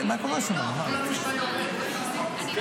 מה קורה שם, נו, מה?